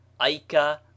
aika